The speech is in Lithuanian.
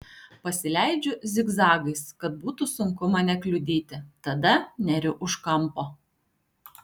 pasileidžiu zigzagais kad būtų sunku mane kliudyti tada neriu už kampo